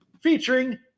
featuring